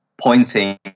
pointing